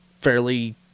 fairly